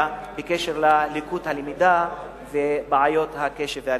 בקשר ללקות הלמידה ובעיות הקשב והריכוז.